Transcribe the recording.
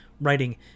writing